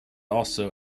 also